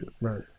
Right